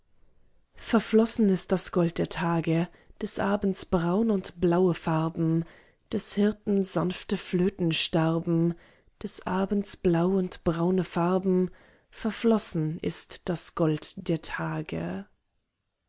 verflossen ist das gold der tage des abends braun und blaue farben des hirten sanfte flöten starben des abends blau und braune farben verflossen ist das gold der tage